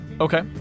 Okay